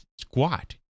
squat